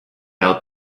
out